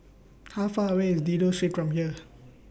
How Far away IS Dido Street from here